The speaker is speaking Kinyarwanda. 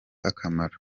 akamaro